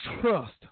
trust